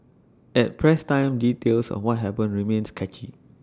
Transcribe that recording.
at press time details of what happened remained sketchy